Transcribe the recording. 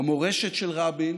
המורשת של רבין